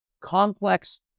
complex